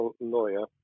lawyer